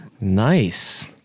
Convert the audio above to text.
Nice